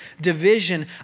division